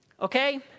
Okay